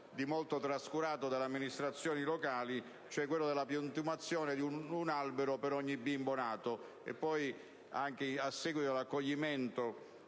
ma poi trascurato dalle amministrazioni locali, cioè quello della piantumazione di un albero per ogni bambino nato